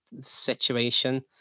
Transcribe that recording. situation